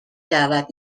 دعوت